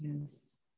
Yes